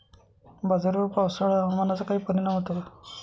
बाजरीवर पावसाळा हवामानाचा काही परिणाम होतो का?